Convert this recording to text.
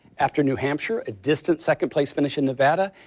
after new hampshire, a distant second place finish in nevada.